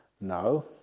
No